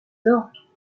d’orgue